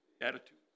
attitude